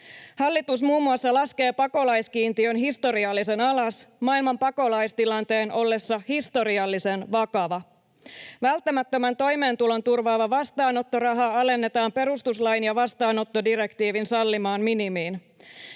Hallitus muun muassa laskee pakolaiskiintiön historiallisen alas maailman pakolaistilanteen ollessa historiallisen vakava. Välttämättömän toimeentulon turvaava vastaanottoraha alennetaan perustuslain ja vastaanottodirektiivin sallimaan minimiin.